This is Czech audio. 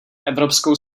evropskou